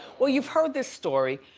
well, you've heard this story,